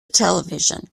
television